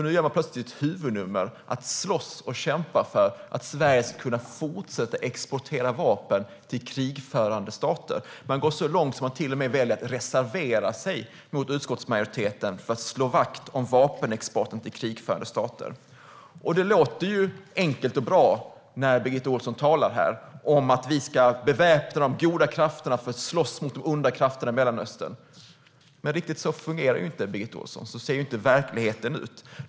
Nu gör de plötsligt ett huvudnummer av att slåss och kämpa för att Sverige ska kunna fortsätta exportera vapen till krigförande stater. De går så långt att de till och med väljer att reservera sig mot utskottsmajoriteten för att slå vakt om vapenexporten till krigförande stater. Det låter enkelt och bra när Birgitta Ohlsson talar om att vi ska beväpna de goda krafterna för att slåss mot de onda krafterna i Mellanöstern. Men riktigt så fungerar det ju inte, Birgitta Ohlsson. Så ser inte verkligheten ut.